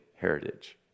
heritage